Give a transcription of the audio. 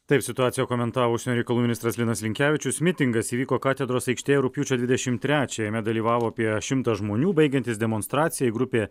taip situaciją komentavo užsienio reikalų ministras linas linkevičius mitingas įvyko katedros aikštėje rugpjūčio dvidešimt trečią jame dalyvavo apie šimtas žmonių baigiantis demonstracijai grupė